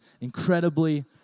incredibly